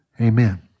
Amen